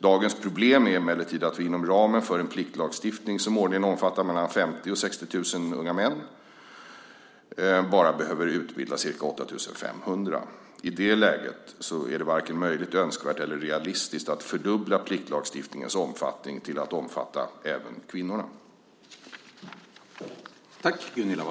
Dagens problem är emellertid att vi inom ramen för en pliktlagstiftning som årligen omfattar mellan 50 000 och 60 000 unga män bara behöver utbilda ca 8 500. I det läget är det varken möjligt, önskvärt eller realistiskt att fördubbla pliktlagstiftningens omfattning till att omfatta även kvinnorna.